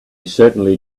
certainly